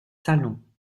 salons